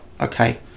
okay